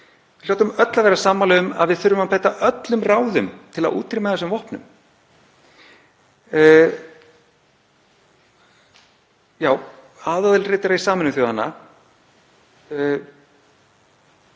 Við hljótum öll að vera sammála um að við þurfum að beita öllum ráðum til að útrýma þessum vopnum. Já, aðalritari Sameinuðu þjóðanna